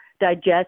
digest